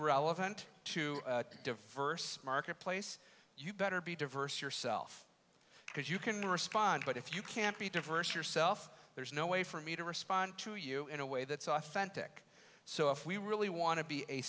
relevant to a diverse marketplace you better be diverse yourself because you can respond but if you can't be diverse yourself there's no way for me to respond to you in a way that's authentic so if we really want to be a